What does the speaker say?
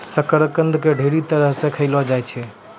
शकरकंद के ढेरी तरह से खयलो जाय छै